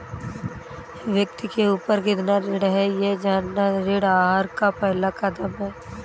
व्यक्ति के ऊपर कितना ऋण है यह जानना ऋण आहार का पहला कदम है